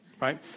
right